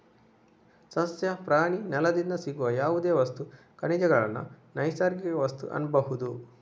ಸಸ್ಯ, ಪ್ರಾಣಿ, ನೆಲದಿಂದ ಸಿಗುವ ಯಾವುದೇ ವಸ್ತು, ಖನಿಜಗಳನ್ನ ನೈಸರ್ಗಿಕ ವಸ್ತು ಅನ್ಬಹುದು